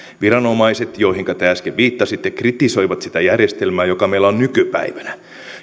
viranomaiset joihinka te äsken viittasitte kritisoivat sitä järjestelmää joka meillä on nykypäivänä